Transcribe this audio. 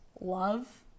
love